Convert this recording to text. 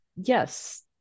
yes